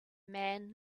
man